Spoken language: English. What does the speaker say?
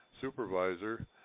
supervisor